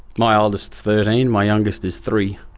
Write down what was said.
my oldest is thirteen, my youngest is three.